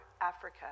Africa